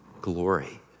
glory